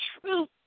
truth